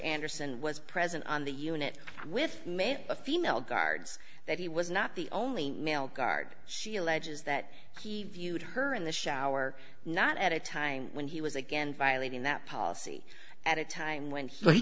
anderson was present on the unit with maybe a female guards that he was not the only male guard she alleges that he viewed her in the shower not at a time when he was again violating that policy at a time when